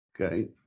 Okay